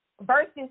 versus